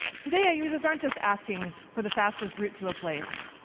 today, our users aren't just asking for the fastest route to a place.